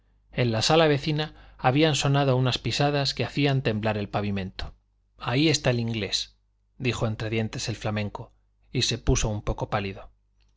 en la sala vecina habían sonado unas pisadas que hacían temblar el pavimento ahí está el inglés dijo entre dientes el flamenco y se puso un poco pálido